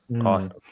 Awesome